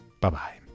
Bye-bye